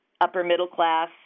upper-middle-class